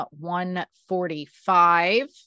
145